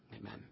Amen